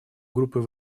группой